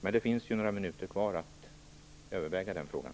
Men det finns några minuter kvar att överväga frågan.